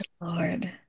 Lord